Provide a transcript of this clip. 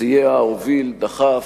סייע, הוביל, דחף,